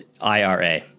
IRA